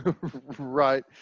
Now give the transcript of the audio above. right